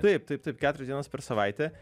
taip taip taip keturios dienos per savaitę